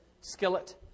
skillet